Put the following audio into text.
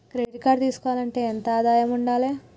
Credit card తీసుకోవాలంటే ఎంత ఆదాయం ఉండాలే?